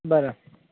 બરાબર